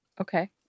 Okay